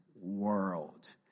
world